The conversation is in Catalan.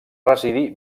residir